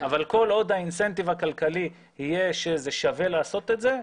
אבל כל עוד האינסנטיב הכלכלי יהיה שזה שווה לעשות את זה,